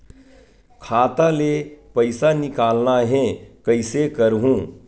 खाता ले पईसा निकालना हे, कइसे करहूं?